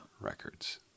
records